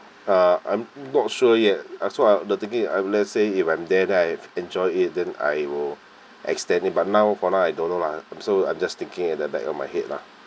uh I'm not sure yet that's why the thinking I've let's say if I'm there then I've enjoy it then I will extend it but now for now I don't know lah so I'm just thinking at back of my head lah